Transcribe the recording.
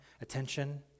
attention